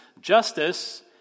justice